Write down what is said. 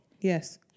Yes